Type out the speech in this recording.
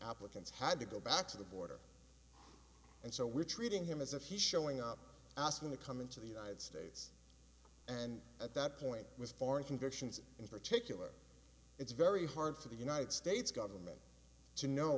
applicants had to go back to the border and so we're treating him as if he's showing up asking to come into the united states and at that point with foreign conditions in particular it's very hard for the united states government to know